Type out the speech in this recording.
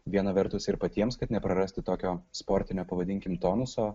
viena vertus ir patiems kad neprarasti tokio sportinio pavadinkim tonuso